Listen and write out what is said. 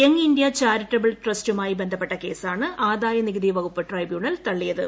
young India charitable ട്രസ്റ്റുമായി ബന്ധപ്പെട്ട കേസാണ് ആദായ നികുതി വകുപ്പ് ട്രൈബ്യൂണൽ തള്ളിയത്